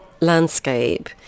landscape